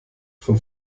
von